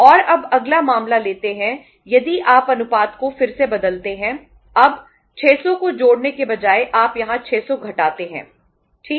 और अब अगला मामला लेते हैं यदि आप अनुपात को फिर से बदलते हैं अब 600 को जोड़ने के बजाए आप यहाँ 600 घटाते हैं ठीक